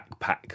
backpack